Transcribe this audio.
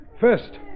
first